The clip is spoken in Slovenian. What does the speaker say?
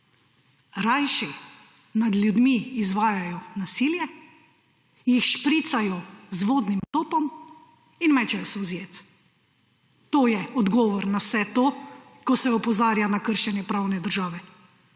Rajši nad ljudmi izvajajo nasilje, jih špricajo z vodnim topom in mečejo solzivec. To je odgovor na vse to, ko se opozarja na kršenje pravne države.